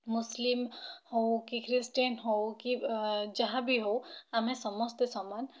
Muslim ହେଉ କି Christian ହେଉ କି ଯାହା ବି ହେଉ ଆମେ ସମସ୍ତେ ସମାନ